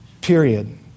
Period